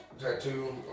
tattoo